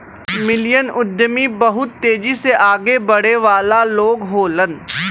million उद्यमी बहुत तेजी से आगे बढ़े वाला लोग होलन